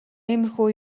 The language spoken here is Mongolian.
иймэрхүү